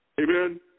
Amen